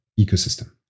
ecosystem